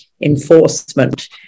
enforcement